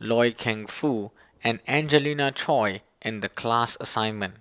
Loy Keng Foo and Angelina Choy in the class assignment